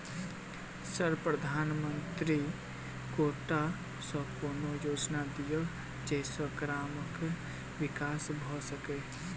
Sir प्रधानमंत्री quota सऽ कोनो योजना दिय जै सऽ ग्रामक विकास भऽ सकै?